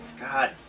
God